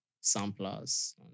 samplers